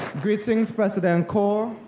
greetings president call,